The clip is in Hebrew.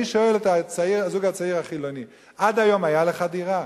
אני שואל את הזוג הצעיר החילוני: עד היום היתה לך דירה?